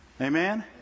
Amen